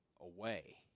away